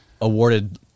awarded